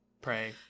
pray